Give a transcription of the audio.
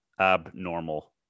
abnormal